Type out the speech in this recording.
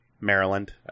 Maryland